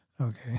Okay